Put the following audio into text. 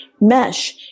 mesh